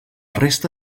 resta